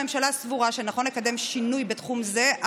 הממשלה סבורה שנכון לקדם שינוי בתחום זה,